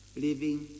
living